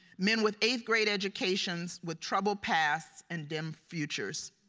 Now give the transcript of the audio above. men with eighth grade educations, with troubled pasts, and dim futures.